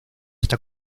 está